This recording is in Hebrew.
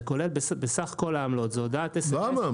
זה כולל סך כל העמלות, זו הודעת SMS. למה?